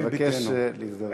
אני מבקש להזדרז.